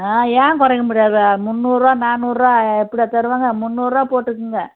ஆ ஏன் குறைக்க முடியாது முந்நூறுபா நானூறுபா இப்படியா தருவாங்க முந்நூறுபா போட்டுக்கோங்க